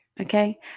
Okay